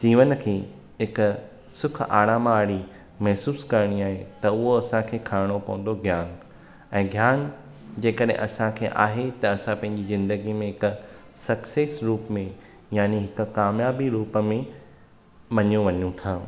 जीवनु खे हिकु सुख आराम वारी महिसूसु करणी आहे त उहो असांखे खणणो पवंदो ज्ञान ऐं ज्ञान जेकॾहिं असांखे आहे त असां पंहिंजी ज़िंदगी में हिकु सक्सेस रुप में यानी हिकु कामयाबी रुप में मञिया वञूं था